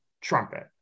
trumpet